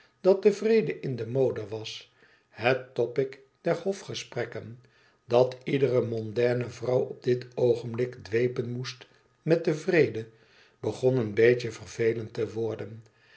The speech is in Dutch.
dat de vrede in de mode was het topic der hofgesprekken dat iedere mondaine vrouw op dit oogenblik dwepen moest met den vrede begon een beetje vervelend te worden